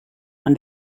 and